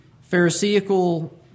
Pharisaical